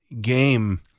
game